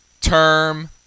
Term